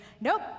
Nope